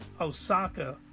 Osaka